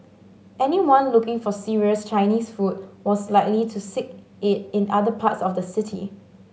anyone looking for serious Chinese food was likely to seek it in other parts of the city